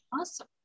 Awesome